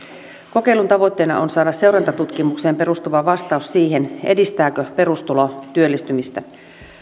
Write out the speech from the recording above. kokeilun tavoitteena on saada seurantatutkimukseen perustuva vastaus siihen edistääkö perustulo työllistymistä